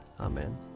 amen